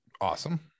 awesome